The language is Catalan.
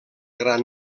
gran